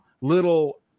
little